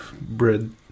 bread